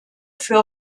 für